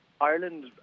Ireland